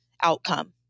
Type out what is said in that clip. outcome